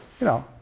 you know,